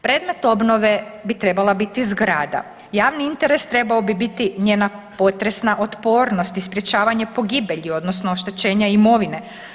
Predmet obnove bi trebala biti zgrada, javni interes trebao bi biti njena potresna otpornost i sprječavanje pogibelji odnosno oštećenja imovine.